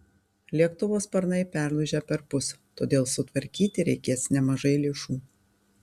lėktuvo sparnai perlūžę perpus todėl sutvarkyti reikės nemažai lėšų